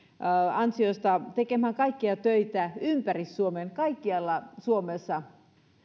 ansiosta tekemään kaikkia töitä ympäri suomen kaikkialla suomessa